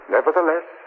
Nevertheless